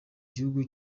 gihugu